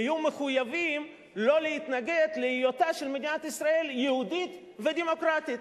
יהיו מחויבים שלא להתנגד להיותה של מדינת ישראל יהודית ודמוקרטית.